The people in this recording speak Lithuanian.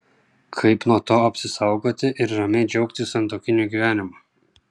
kaip nuo to apsisaugoti ir ramiai džiaugtis santuokiniu gyvenimu